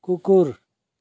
कुकुर